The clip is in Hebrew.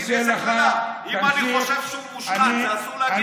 קשה לך, אם אני חושב שהוא מושחת, אסור להגיד לו?